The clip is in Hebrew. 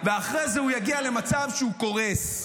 ואחרי זה הוא יגיע למצב שהוא קורס,